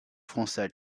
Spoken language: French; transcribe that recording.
français